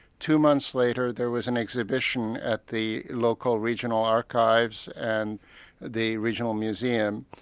two months later there was an exhibition at the local regional archives and the regional museum,